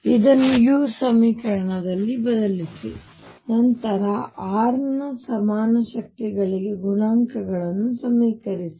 ಇದನ್ನು u ಸಮೀಕರಣದಲ್ಲಿ ಬದಲಿಸಿ ನಂತರ r ನ ಸಮಾನ ಶಕ್ತಿಗಳಿಗೆ ಗುಣಾಂಕಗಳನ್ನು ಸಮೀಕರಿಸಿ